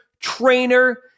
trainer